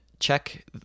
Check